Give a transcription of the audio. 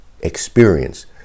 experience